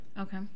Okay